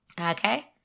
okay